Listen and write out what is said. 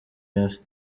isi